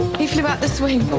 he flew out the swing.